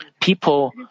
people